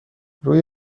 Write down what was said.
روی